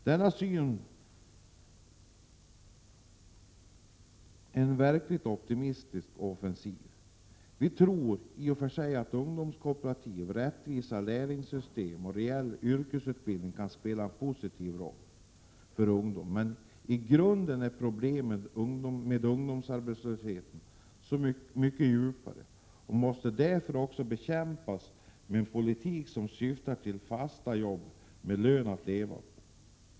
Denna syn är den verkligt optimistiska och offensiva. Vi tror i och för sig att ungdomskooperativ, rättvisa lärlingssystem och rejäla yrkesutbildningar kan spela en positiv roll för ungdomen. Men i grunden är problemet med ungdomsarbetslösheten så mycket djupare, och det måste därför också bekämpas med en politik som syftar till fasta jobb med lön att leva på.